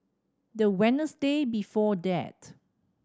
the Wednesday before that